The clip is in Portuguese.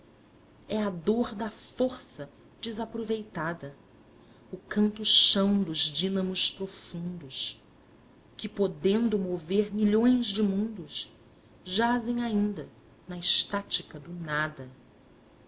é a dor da força desaproveitada o cantochão dos dínamos profundos que podendo mover milhões de mundos jazem ainda na estática do nada